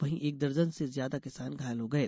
वहीं एक दर्जन से ज्यादा किसान घायल हो गये